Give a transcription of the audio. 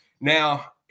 Now